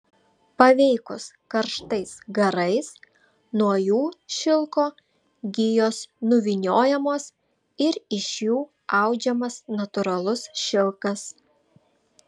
paveikus karštais garais nuo jų šilko gijos nuvyniojamos ir iš jų audžiamas natūralus šilkas